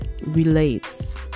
relates